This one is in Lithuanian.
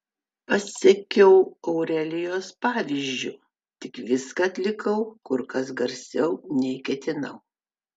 pasekiau aurelijos pavyzdžiu tik viską atlikau kur kas garsiau nei ketinau